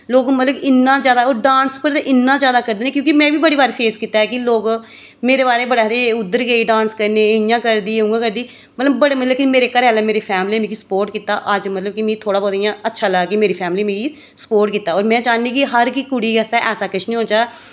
लोक मतलब इन्ना ज्यादा और डांस पर ते इन्ना ज्यादा करदे ना क्यूंकि मैं बी बड़ी बारी फेस कीत्ता ऐ की लोक मेरे बारे बड़ा आखदे एह् उद्धर गेई डांस करने एह् इ'यां करदी उ'आं करदी मतलब बड़े मतलब की मेरे घरे आह्ले मेरी फैमली मिकी सपोर्ट कीत्ता अज्ज मतलब कि मि थोह्ड़ा बोह्त इयां अच्छा लगा की मेरी फैमली मिकी सपोर्ट कीत्ता और मैं चाहनी की हर की कुड़ी आस्तै ऐसा किश नि होने चाहिदा